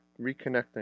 reconnecting